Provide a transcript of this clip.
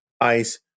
ice